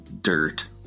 Dirt